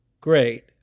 great